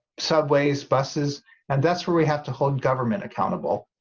subways, buses and that's where we have to hold government accountable